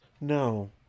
no